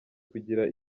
kugira